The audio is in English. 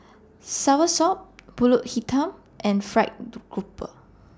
Soursop Pulut Hitam and Fried Grouper